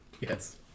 yes